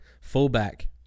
Fullback